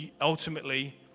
ultimately